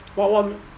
what what